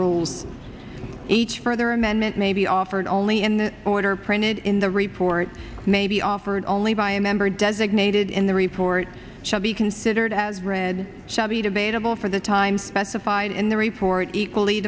rules each further amendment may be offered only in the order printed in the report may be offered only by a member designated in the report shall be considered as read shall be debatable for the time specified in the report equally